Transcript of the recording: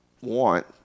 want